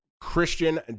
Christian